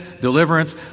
deliverance